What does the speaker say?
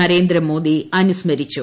നരേന്ദ്രമോദി അനുസ്മരിച്ചു